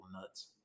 nuts